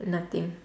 nothing